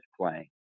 playing